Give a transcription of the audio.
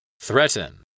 Threaten